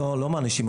לא מענישים.